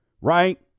Right